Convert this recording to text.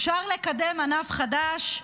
אפשר לקדם ענף חדש: